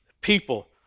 people